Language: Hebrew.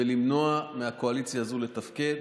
ולמנוע מהקואליציה הזאת לתפקד.